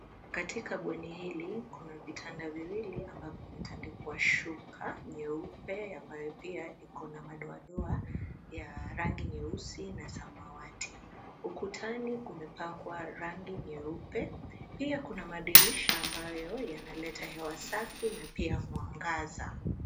Katika bweni hili kuna vitanda viwili ambavyo vimetandikwa shuka nyeupe ambayo pia iko na madoadoa ya rangi nyeusi na samawati. Ukutani kumepakwa rangi nyeupe, pia kuna madirisha ambayo yanaleta hewa safi na pia mwangaza